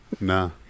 Nah